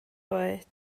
oed